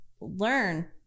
learn